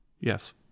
yes